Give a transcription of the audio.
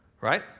right